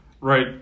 Right